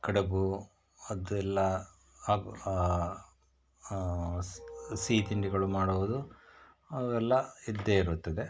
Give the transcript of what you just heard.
ಕಡುಬು ಅದೆಲ್ಲ ಹಾಗೂ ಸಿಹಿ ತಿಂಡಿಗಳು ಮಾಡುವುದು ಅವೆಲ್ಲ ಇದ್ದೇ ಇರುತ್ತದೆ